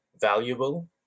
valuable